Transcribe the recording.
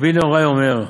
רבי נהוראי אומר,